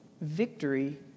Victory